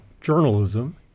journalism